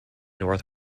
north